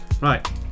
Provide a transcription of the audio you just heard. Right